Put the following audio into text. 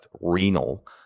Renal